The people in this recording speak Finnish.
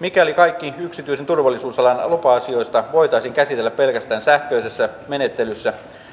mikäli kaikki yksityisen turvallisuusalan lupa asiat voitaisiin käsitellä pelkästään sähköisessä menettelyssä